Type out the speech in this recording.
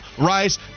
Rice